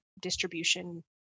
distribution